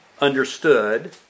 understood